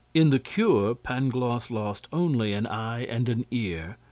in the cure pangloss lost only an eye and an ear.